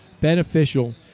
beneficial